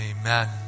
amen